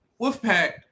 Wolfpack